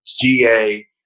GA